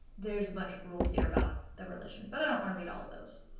there's a bunch of rules here about the religion, but i don't want to read all of those.